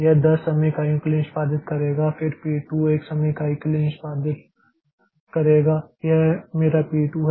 यह 10 समय इकाइयों के लिए निष्पादित करेगा फिर पी 2 1 समय इकाई के लिए निष्पादित करेगा यह मेरा पी 2 है